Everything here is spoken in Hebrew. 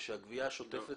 ושהסדרת הגבייה השוטפת